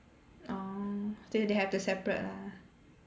oh so they have to separate lah